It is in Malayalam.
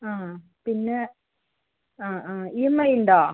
ആ പിന്നെ ആ ആ ഇ എം ഐ ഉണ്ടോ